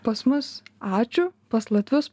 pas mus ačiū pas latvius